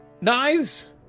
knives